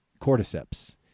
cordyceps